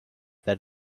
that